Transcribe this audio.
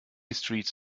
streets